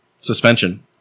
Suspension